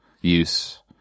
use